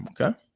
Okay